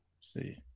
see